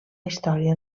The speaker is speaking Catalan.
història